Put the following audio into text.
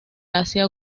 asia